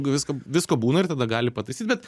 visko visko būna ir tada gali pataisyt bet